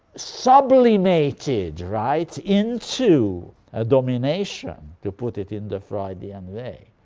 sublimated right into ah domination, to put it in the freudian way,